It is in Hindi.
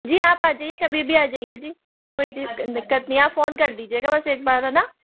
जी आप आ जाइए कभी भी आ जाइए जी कोई दिक्कत नहीं है आप फ़ोन कर दीजिएगा बस एक बार है ना